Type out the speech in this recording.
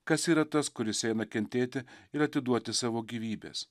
kas yra tas kuris eina kentėti ir atiduoti savo gyvybės